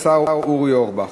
השר אורי אורבך.